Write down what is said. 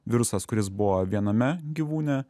virusas kuris buvo viename gyvūne